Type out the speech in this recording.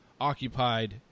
occupied